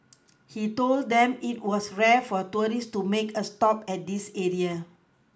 he told them it was rare for tourists to make a stop at this area